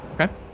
Okay